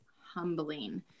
humbling